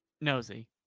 nosy